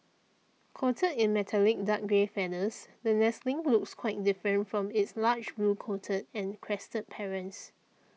coated in metallic dark grey feathers the nestling looks quite different from its large blue coated and crested parents